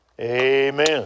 amen